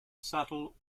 subtle